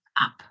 up